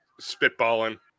spitballing